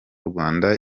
rwanda